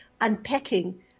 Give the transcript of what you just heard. unpacking